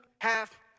half